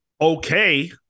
okay